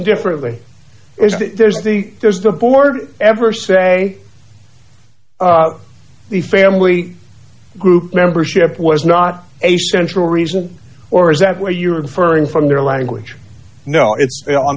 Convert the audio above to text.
differently there's the there's the board ever say the family group membership was not a central reason or is that where you're inferring from their language no it's on